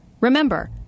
Remember